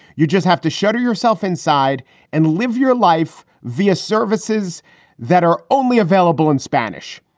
you just have to shutter yourself inside and live your life via services that are only available in spanish.